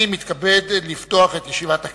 אני מתכבד לפתוח את ישיבת הכנסת.